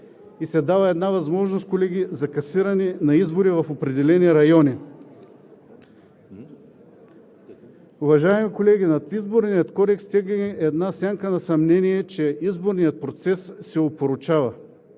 и се дава възможност, колеги, за касиране на избори в определени райони. Уважаеми колеги, над Изборния кодекс тегне една сянка на съмнение, че изборният процес се опорочава.